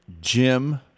Jim